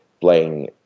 playing